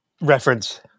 reference